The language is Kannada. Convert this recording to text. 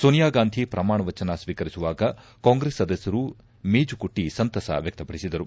ಸೋನಿಯಾಗಾಂಧಿ ಪ್ರಮಾಣವಚನ ಸ್ನೀಕರಿಸುವಾಗ ಕಾಂಗ್ರೆಸ್ ಸದಸ್ಯರು ಮೇಜುಕುಟ್ಟಿ ಸಂತಸ ವ್ಯಕ್ತಪಡಿಸಿದರು